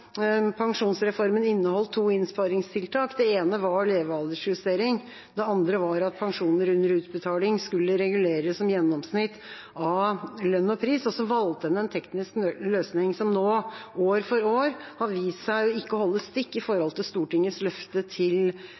Pensjonsreformen inneholdt to innsparingstiltak. Det ene var levealdersjustering, det andre var at pensjoner under utbetaling skulle reguleres som gjennomsnitt av lønn og pris, og så valgte en en teknisk løsning som nå, år for år, har vist seg ikke å holde stikk i forhold til Stortingets løfte til